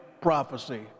prophecy